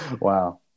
wow